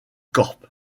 korps